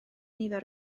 nifer